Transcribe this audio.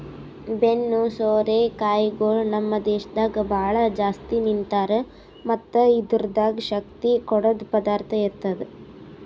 ಬೆನ್ನು ಸೋರೆ ಕಾಯಿಗೊಳ್ ನಮ್ ದೇಶದಾಗ್ ಭಾಳ ಜಾಸ್ತಿ ತಿಂತಾರ್ ಮತ್ತ್ ಇದುರ್ದಾಗ್ ಶಕ್ತಿ ಕೊಡದ್ ಪದಾರ್ಥ ಇರ್ತದ